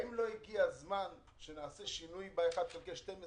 האם לא הגיע הזמן שנעשה שינוי בחלוקה על פי 1/12